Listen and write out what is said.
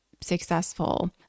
successful